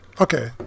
okay